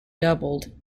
doubled